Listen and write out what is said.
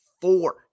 four